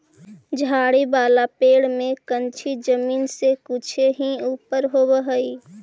झाड़ी वाला पेड़ में कंछी जमीन से कुछे ही ऊपर होवऽ हई